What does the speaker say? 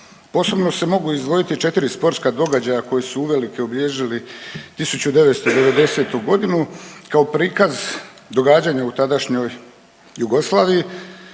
Posebno se mogu izdvojiti 4 sportska događaja koji su uvelike obilježili 1990. godinu kao prikaz događanja u tadašnjoj Jugoslaviji.